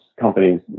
companies